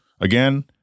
Again